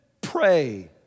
pray